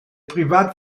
privat